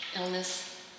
illness